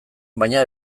baina